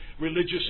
religious